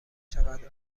چقدر